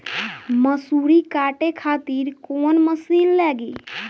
मसूरी काटे खातिर कोवन मसिन लागी?